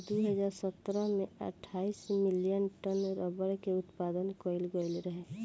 दू हज़ार सतरह में अठाईस मिलियन टन रबड़ के उत्पादन कईल गईल रहे